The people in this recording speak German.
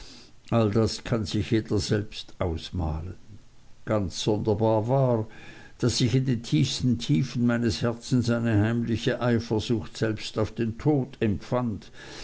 alles das kann sich jeder selbst ausmalen ganz sonderbar war daß ich in den tiefsten tiefen meines herzens eine heimliche eifersucht selbst auf den tod empfand